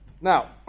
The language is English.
Now